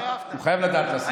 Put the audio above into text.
הוא חייב לדעת על הסיפור.